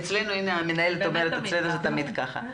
הנה, המנהלת אומרת שאצלנו זה תמיד ככה.